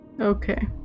okay